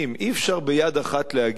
אי-אפשר ביד אחת להגיד: